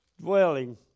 dwelling